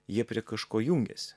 jie prie kažko jungiasi